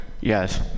Yes